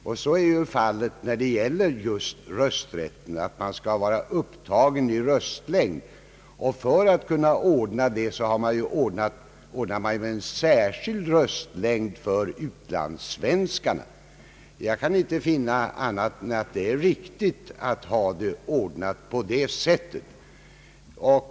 Just när det gäller rösträtten finns regler som föreskriver att en person skall vara upptagen i röstlängd för att få rösta. Därför har man ordnat en särskild röstlängd för utlandssvenskarna. Jag kan inte finna annat än att det är riktigt att lösa problemet på det sättet.